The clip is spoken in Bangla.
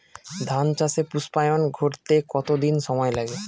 ধান চাষে পুস্পায়ন ঘটতে কতো দিন সময় লাগে?